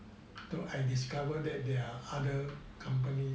I discovered that there are other company